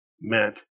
meant